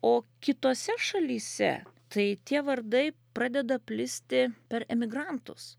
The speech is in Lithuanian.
o kitose šalyse tai tie vardai pradeda plisti per emigrantus